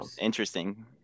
Interesting